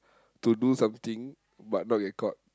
to do something but not get caught